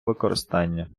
використання